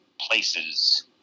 places